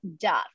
duff